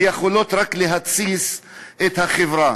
ויכולה רק להתסיס את החברה,